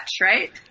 right